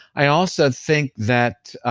i also think that